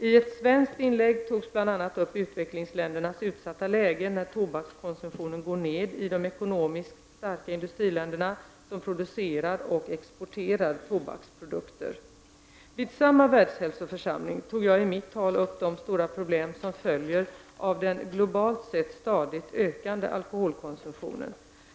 I ett svenskt inlägg togs bl.a. upp utvecklingsländernas utsatta läge när tobakskonsumtionen går ned i de ekonomiskt starka industriländerna som producerar och exporterar tobaksprodukter. Vid samma Världshälsoförsamling tog jag i mitt tal upp de stora problem som följer av den globalt sett stadigt ökande alkoholkonsumtionen.